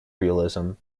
realism